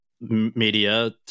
media